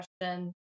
question